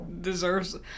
Deserves